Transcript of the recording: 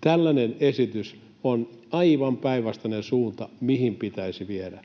Tällainen esitys vie aivan päinvastaiseen suunta kuin pitäisi viedä.